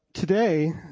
Today